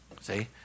See